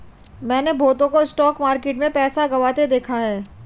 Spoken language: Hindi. मैंने बहुतों को स्टॉक मार्केट में पैसा गंवाते देखा हैं